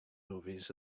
movies